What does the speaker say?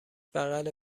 بغل